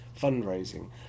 fundraising